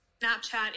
Snapchat